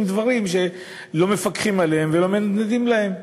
דברים שלא מפקחים עליהם ולא מנדנדים להם.